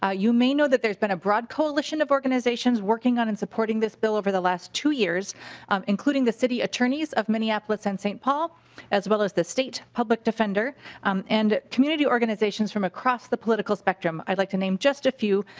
ah you may know there's been a broad coalition of organizations working on and supporting this bill over the last two years um including the city attorneys of minneapolis and st. paul as well as the state public defender um and community organizations from across the political spectrum. i like to name just a few.